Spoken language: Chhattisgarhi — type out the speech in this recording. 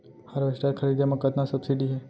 हारवेस्टर खरीदे म कतना सब्सिडी हे?